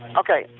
okay